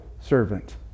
servant